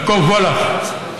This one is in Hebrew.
יעקב וולך.